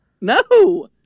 No